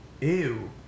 Ew